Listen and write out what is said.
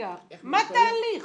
מה התהליך.